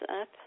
up